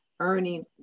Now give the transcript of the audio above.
earning